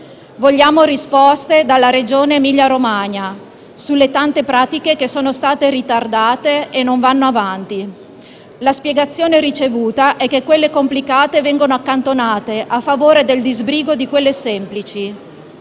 Vogliamo risposte dalla Regione Emilia-Romagna sulle tante pratiche che sono state ritardate e che non vanno avanti. La spiegazione ricevuta è che quelle complicate vengono accantonate a favore del disbrigo di quelle semplici,